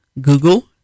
Google